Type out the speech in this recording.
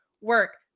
work